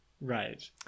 Right